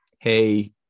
Hey